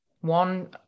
one